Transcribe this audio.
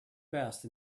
best